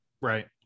right